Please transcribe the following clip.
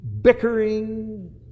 bickering